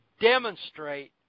demonstrate